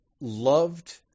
loved